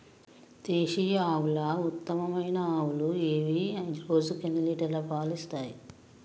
దేశీయ ఆవుల ఉత్తమమైన ఆవులు ఏవి? రోజుకు ఎన్ని లీటర్ల పాలు ఇస్తాయి?